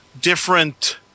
different